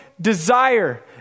desire